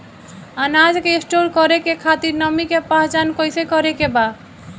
अनाज के स्टोर करके खातिर नमी के पहचान कैसे करेके बा?